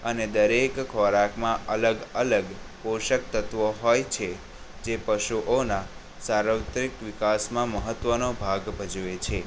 અને દરેક ખોરાકમાં અલગ અલગ પોષક તત્વો હોય છે જે પશુઓના સાર્વત્રિક વિકાસમાં મહત્ત્વનો ભાગ ભજવે છે